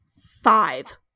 Five